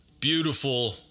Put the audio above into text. beautiful